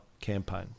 campaign